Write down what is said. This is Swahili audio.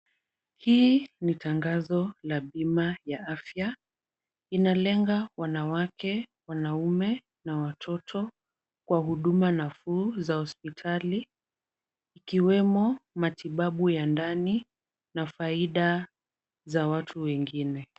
Hii ni tangazo la bima la afya. Inalenga wanawake, wanaume na watoto kwa huduma nafuu za hospitali ikiwemo matibabu ya ndani na faida za watu wengine.